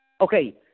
Okay